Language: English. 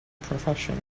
profession